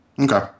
Okay